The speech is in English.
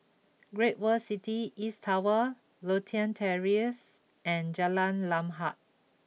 Great World City East Tower Lothian Terrace and Jalan Lam Huat